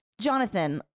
Jonathan